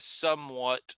somewhat